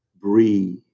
breathe